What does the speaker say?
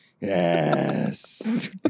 Yes